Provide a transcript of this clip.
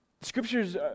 Scriptures